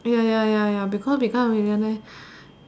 ya ya ya ya because we can't even meh